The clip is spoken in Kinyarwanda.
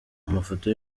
amafoto